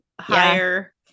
higher